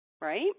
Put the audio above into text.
right